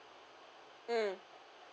mm